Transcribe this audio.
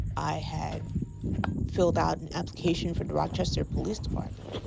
i had filled out an application for the rochester police department.